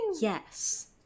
Yes